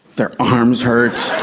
their arms hurt,